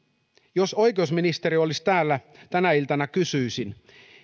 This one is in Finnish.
jos oikeusministeri olisi täällä tänä iltana kysyisin